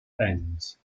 ends